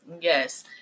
Yes